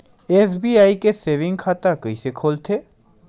SBI के saving खाता कइसे खोलथे?